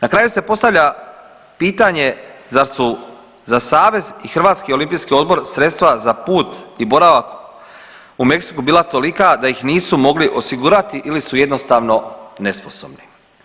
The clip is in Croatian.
Na kraju se postavlja pitanje zar su za savez i Hrvatski olimpijski odbor sredstva za put i boravak u Meksiku bila tolika da ih nisu mogli osigurati ili su jednostavno nesposobni?